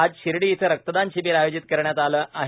आज शिर्डी इथं रक्तदान शिबिर आयोजित करण्यात आलं आहे